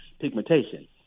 pigmentation